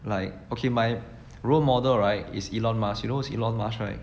like okay my role model right is elon musk you know who is elon musk right